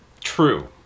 True